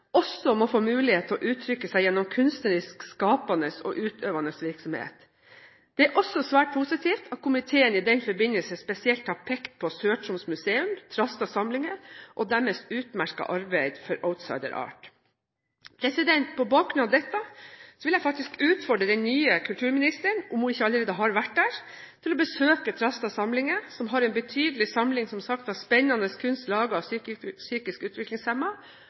også må få mulighet til å uttrykke seg gjennom kunstnerisk skapende og utøvende virksomhet. Det er også svært positivt at komiteen i den forbindelse spesielt har pekt på Sør-Troms Museum, Trastad Samlinger, og deres utmerkede arbeid for Outsider Art. På bakgrunn av dette vil jeg faktisk utfordre den nye kulturministeren, om hun ikke allerede har vært der, til å besøke Trastad Samlinger som har en betydelig samling – som sagt – av spennende kunst laget av psykisk